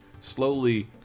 slowly